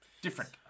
different